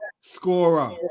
scorer